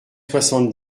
soixante